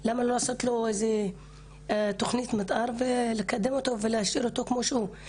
אז למה לא לעשות לו תוכנית מתאר ולקדם אותו ולהשאיר אותו כמו שהוא,